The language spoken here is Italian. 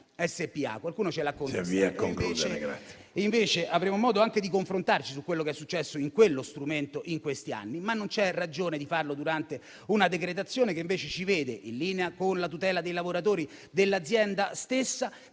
alimentare e delle foreste*. Avremo modo di confrontarci su quello che è successo in quello strumento in questi anni, ma non c'è ragione di farlo durante una decretazione che invece ci vede, in linea con la tutela dei lavoratori dell'azienda stessa,